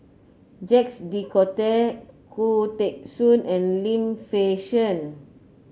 Jacques De Coutre Khoo Teng Soon and Lim Fei Shen